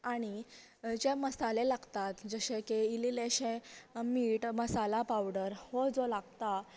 आनी जे मसाले लागतात जशे की इल्ले इल्लेशे मीट मसाला पावडर हो जो लागता